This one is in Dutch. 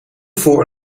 voor